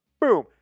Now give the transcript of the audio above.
Boom